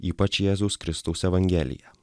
ypač jėzaus kristaus evangelija